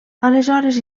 aleshores